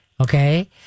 okay